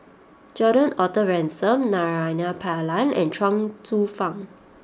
Gordon Arthur Ransome Naraina Pillai and Chuang Hsueh Fang